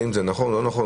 האם זה נכון או לא נכון,